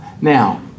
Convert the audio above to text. now